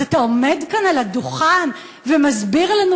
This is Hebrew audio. אז אתה עומד כאן על הדוכן ומסביר לנו,